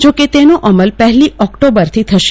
જો કે તેનો અમલ પહેલી ઓકટોબરથી થશે